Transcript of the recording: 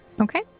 Okay